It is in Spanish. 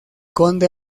conde